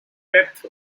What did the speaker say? depth